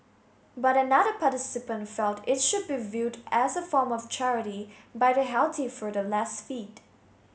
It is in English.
but another participant felt it should be viewed as a form of charity by the healthy for the less fit